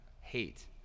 hate